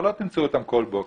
אבל לא תמצאו אותם כל בוקר.